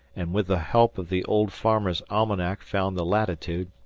and with the help of the old farmer's almanac found the latitude,